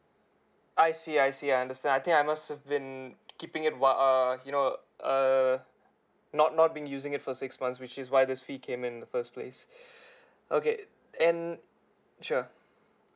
I see I see I understand I think I must have been keeping it what uh you know uh not not been using it for six months which is why this fee came in the first place okay and sure